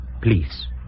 Please